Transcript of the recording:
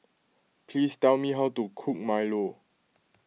please tell me how to cook Milo